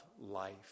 life